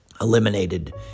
eliminated